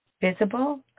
visible